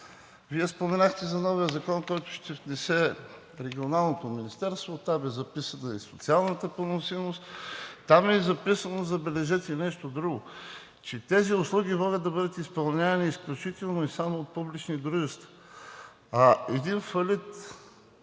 Вие споменахте за новия законопроект, който ще внесе Регионалното министерство. Там е записана и социалната поносимост, там е записано, забележете, и нещо друго – че тези услуги могат да бъдат изпълнявани изключително и само от публични дружества. Един фалит,